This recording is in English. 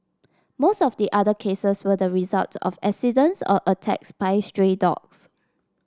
most of the other cases were the result of accidents or attacks by stray dogs